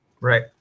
Right